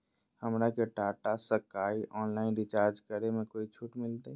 हमरा के Tata Sky online recharge करे में कोई छूट मिलतई